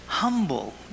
Humble